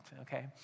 okay